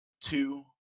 two